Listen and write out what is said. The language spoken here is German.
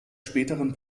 späteren